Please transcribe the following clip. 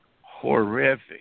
horrific